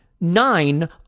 nine